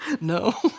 No